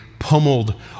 pummeled